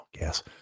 yes